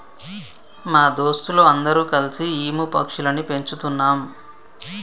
మా దోస్తులు అందరు కల్సి ఈము పక్షులని పెంచుతున్నాం